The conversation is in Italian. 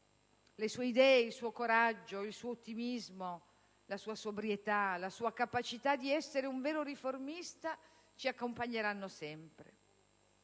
le sue idee, il suo coraggio, il suo ottimismo, la sua sobrietà, la sua capacità di essere un vero riformista ci accompagneranno sempre.